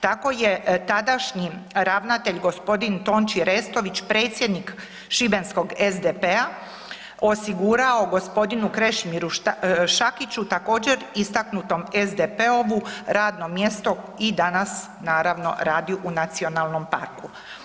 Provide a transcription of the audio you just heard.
Tako je tadašnji ravnatelj g. Tonči Restović, predsjednik šibenskog SDP-a osigurao g. Krešimiru Šakiću također istaknutom SDP-ovu radno mjesto i danas naravno radi u nacionalnom parku.